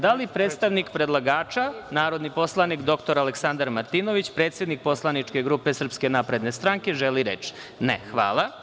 Da li predstavnik predlagača, narodni poslanik, dr Aleksandar Martinović, predsednik poslaničke grupe SNS želi reč? (Ne) Hvala.